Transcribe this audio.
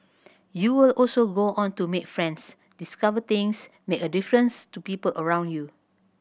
you will also go on to make friends discover things make a difference to people around you